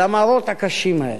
על המראות הקשים האלה.